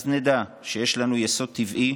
אז נדע שיש לנו יסוד טבעי,